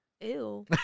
Ew